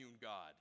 God